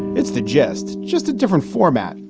it's the gests, just a different format.